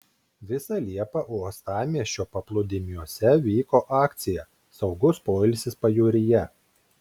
visą liepą uostamiesčio paplūdimiuose vyko akcija saugus poilsis pajūryje